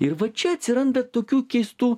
ir va čia atsiranda tokių keistų